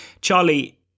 Charlie